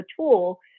tool